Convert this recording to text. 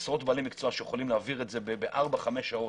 עשרות בעלי מקצוע שיכולים להעביר את זה בארבע חמש שעות.